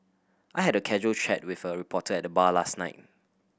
I had a casual chat with a reporter at the bar last night